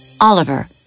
Oliver